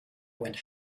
went